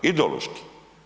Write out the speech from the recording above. Ideološki?